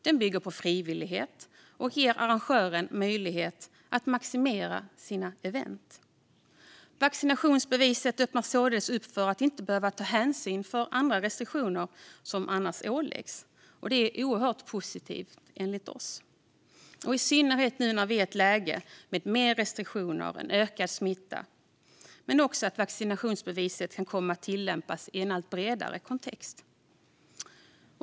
Det bygger på frivillighet och ger arrangörer möjlighet att maximera sina event. Vaccinationsbeviset öppnar således upp för att inte behöva ta hänsyn till andra restriktioner som annars åläggs, och det är oerhört positivt, enligt oss. Det gäller i synnerhet nu när vi är i ett läge med mer restriktioner och en ökad smitta. Vaccinationsbeviset kan också komma att tillämpas i en allt bredare kontext.